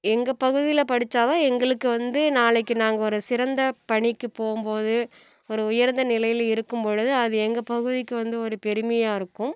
எங்கள் பகுதியில் படித்தாதான் எங்களுக்கு வந்து நாளைக்கு நாங்கள் ஒரு சிறந்த பணிக்கு போகும்போது ஒரு உயர்ந்த நிலையில் இருக்கும்பொழுது அது எங்கள் பகுதிக்கு வந்து ஒரு பெருமையாக இருக்கும்